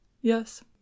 Yes